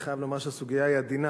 אני חייב לומר שהסוגיה היא עדינה.